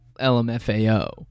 LMFAO